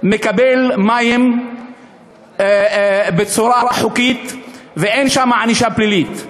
מקבל מים בצורה חוקית ואין שם ענישה פלילית,